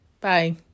Bye